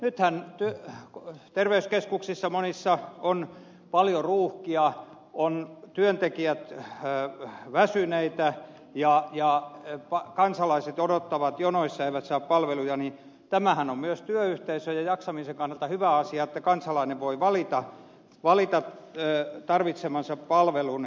nythän monissa terveyskeskuksissa on paljon ruuhkia työntekijät ovat väsyneitä ja kansalaiset odottavat jonoissa eivät saa palveluja niin että tämähän on myös työyhteisöjen ja jaksamisen kannalta hyvä asia että kansalainen voi valita tarvitsemansa palvelun